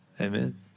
Amen